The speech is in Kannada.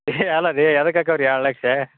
ಅಲ್ಲ ರೀ ಎದಕ್ಕೆ ಹಾಕವ್ರ ಎರಡು ಲಕ್ಷ